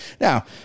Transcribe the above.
now